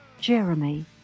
Jeremy